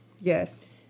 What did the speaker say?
Yes